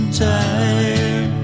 time